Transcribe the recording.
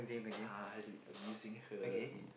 ah abusing her